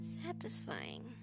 satisfying